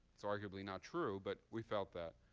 it's arguably not true, but we felt that.